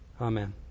Amen